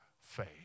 faith